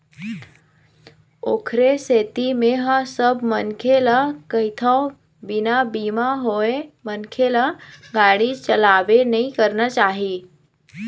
ओखरे सेती मेंहा सब मनखे ल कहिथव बिना बीमा होय मनखे ल गाड़ी चलाबे नइ करना चाही